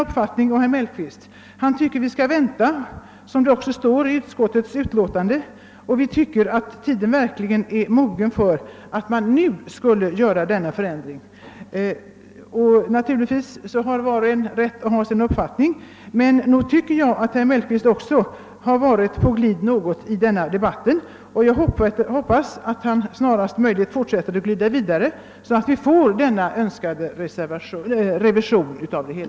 Herr Mellqvist tycker att vi skall vänta, som det också står i utskottets utlåtande, medan vi tycker att tiden verkligen är mogen att göra en förändring. Naturligtvis har var och en rätt att ha sin uppfattning, men nog tycker jag att herr Mellqvist har varit något på glid i denna debatt. Jag hoppas att han snarast möjligt fortsätter att glida vidare så att han kan stödja att vi får den önskade revisionen.